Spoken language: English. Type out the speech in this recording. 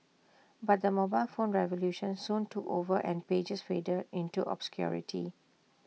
but the mobile phone revolution soon took over and pagers faded into obscurity